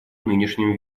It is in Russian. нынешнем